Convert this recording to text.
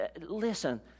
listen